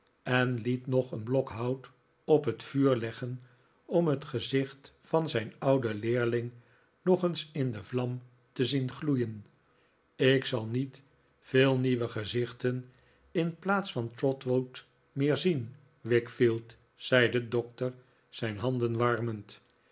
en liet nog een blok hout op het vuur leggen om het gezicht van zijn ouden leerling nog eens in de vlam te zien gloeien ik zal niet veel nieuwe gezichten in plaats van trotwood meer zien wickfield zei de doctor zijn handen warmend